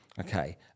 Okay